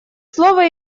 слово